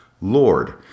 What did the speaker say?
Lord